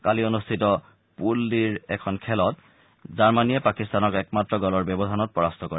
কালি অনুষ্ঠিত পুল ডিৰ এখন খেলত জাৰ্মনীয়ে পাকিস্তানক একমাত্ৰ গলৰ ব্যৱধানত পৰাস্ত কৰে